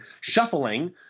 shuffling